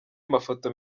mafoto